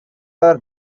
are